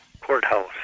courthouse